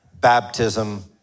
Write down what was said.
Baptism